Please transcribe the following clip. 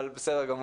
אבל בסדר גמור.